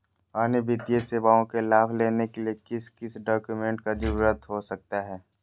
अन्य वित्तीय सेवाओं के लाभ लेने के लिए किस किस डॉक्यूमेंट का जरूरत हो सकता है?